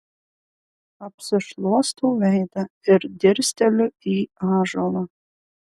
apsišluostau veidą ir dirsteliu į ąžuolą